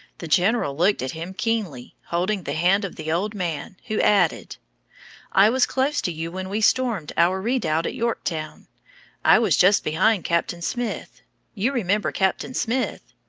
the general looked at him keenly, holding the hand of the old man, who added i was close to you when we stormed our redoubt at yorktown i was just behind captain smith you remember captain smith?